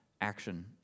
action